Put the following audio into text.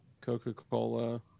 Coca-Cola